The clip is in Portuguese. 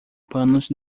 panos